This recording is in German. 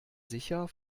sicher